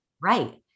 right